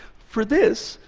for this,